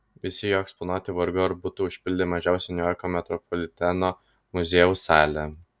visi jo eksponatai vargu ar būtų užpildę mažiausią niujorko metropoliteno muziejaus salę